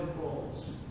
roles